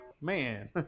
Man